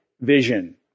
vision